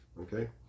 Okay